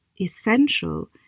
essential